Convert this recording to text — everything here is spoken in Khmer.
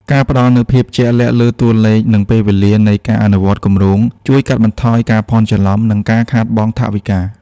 ការផ្តល់នូវ "ភាពជាក់លាក់" លើតួលេខ និងពេលវេលានៃការអនុវត្តគម្រោង ជួយកាត់បន្ថយការភាន់ច្រឡំ និងការខាតបង់ថវិកា។